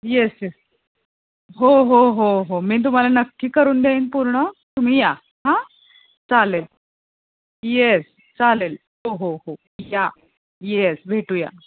yes yes हो हो हो हो मी तुम्हाला नक्की करून देईन पूर्ण तुम्ही या हां चालेल येस चालेल हो हो हो या येस भेटूया